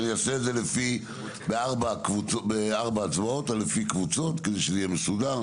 אעשה זאת בארבע הצבעות או לפי קבוצות כדי שזה יהיה מסודר.